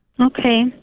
Okay